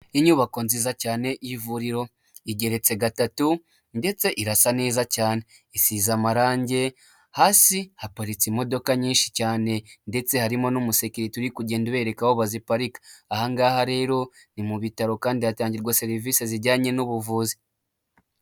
Inyubako nziza cyane y'ivuriro igeretse gatatu ndetse irasa neza cyane, isize amarange, hasi haparika imodoka nyinshi cyane ndetse harimo n'umusekirite uri kugenda ubereka aho baziparika. Aha ngaha rero ni mu bitaro, kandi hatangirwa serivisi zijyanye n'ubuvuzi.,